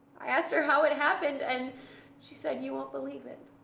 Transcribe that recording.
i asked her how it happened and she said, you won't believe it.